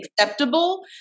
acceptable